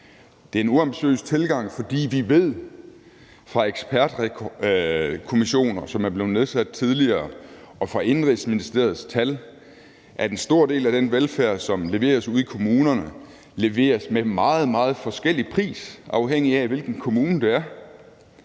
Det er en uambitiøs tilgang, fordi vi ved fra ekspertkommissioner, som er blevet nedsat tidligere, og fra Indenrigsministeriets tal, at en stor del af den velfærd, som leveres ude i kommunerne, leveres med meget, meget forskellig pris, afhængig af hvilken kommune det er.